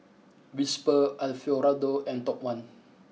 Whisper Alfio Raldo and Top One